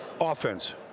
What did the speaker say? offense